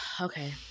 Okay